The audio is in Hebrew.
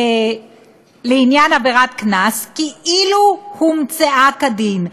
לעניין עבירת קנס כאילו היא הומצאה כדין.